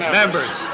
members